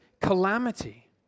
calamity